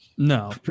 No